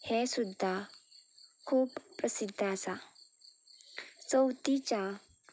हे सुद्दां खूब प्रसिद्द आसा चवथीच्या